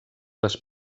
les